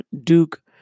Duke